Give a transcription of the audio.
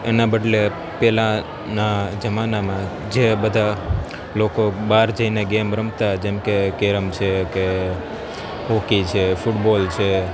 એના બદલે પહેલાના જમાનામાં જે બધા લોકો બહાર જઈને ગેમ રમતા જેમ કે કેરમ છે કે હોકી છે ફૂટબોલ છે